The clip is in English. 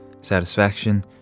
satisfaction